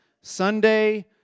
Sunday